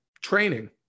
training